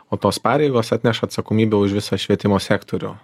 o tos pareigos atneša atsakomybę už visą švietimo sektorių